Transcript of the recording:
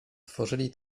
tworzyli